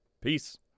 Peace